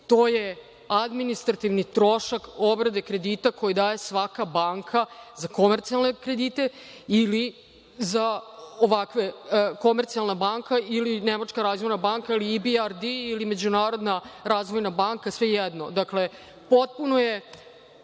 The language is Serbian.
to je administrativni trošak obrade kredita koji daje svaka banka za komercijalne kredite ili Nemačka razvojna banka ili EBRD ili Međunarodna razvojna banka, svejedno. Dakle, potpuno je